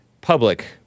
public